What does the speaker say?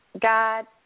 God